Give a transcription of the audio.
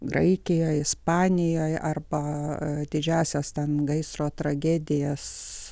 graikijoj ispanijoj arba didžiąsias ten gaisro tragedijas